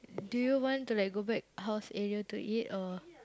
do you want to like go back house area to eat or